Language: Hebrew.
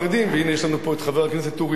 והנה יש לנו פה חבר הכנסת אורי אורבך,